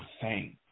thank